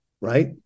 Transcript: Right